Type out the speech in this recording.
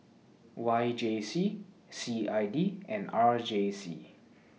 Y J C C I D and R J C